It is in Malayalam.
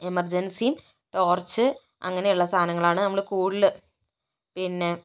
എമർജൻസി ടോർച്ച് അങ്ങനെയുള്ള സാധനങ്ങളാണ് നമ്മള് കൂടുതൽ പിന്നെ